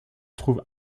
trouve